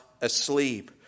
asleep